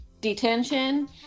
detention